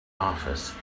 office